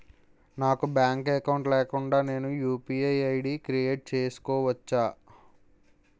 నాకు bank account లేకుండా నేను యు.పి.ఐ ఐ.డి క్రియేట్ చేసుకోవచ్చా?